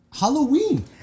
Halloween